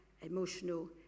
emotional